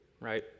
right